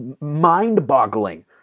mind-boggling